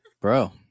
bro